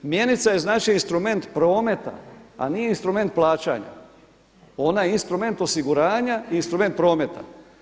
Mjenica je instrument prometa, a nije instrument plaćanja, ona je instrument osiguranja i instrument prometa.